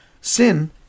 Sin